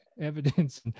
evidence